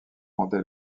comptait